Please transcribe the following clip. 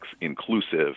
inclusive